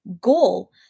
goal